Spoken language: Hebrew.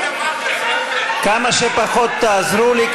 כמה שפחות תעזרו לי,